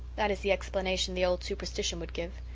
that is the explanation the old superstition would give.